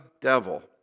devil